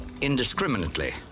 indiscriminately